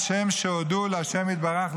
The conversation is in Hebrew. על שם שהודו להשם יתברך,